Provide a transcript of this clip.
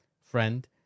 friend